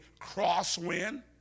crosswind